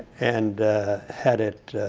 and had it